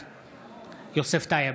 בעד יוסף טייב,